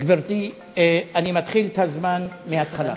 גברתי, אני מתחיל את הזמן מהתחלה.